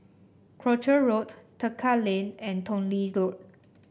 Croucher Road Tekka Lane and Tong Lee Road